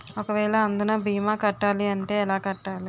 ఒక వేల అందునా భీమా కట్టాలి అంటే ఎలా కట్టాలి?